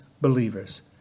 believers